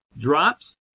drops